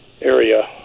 area